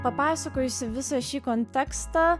papasakojusi visą šį kontekstą